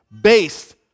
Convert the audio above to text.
based